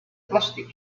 plastic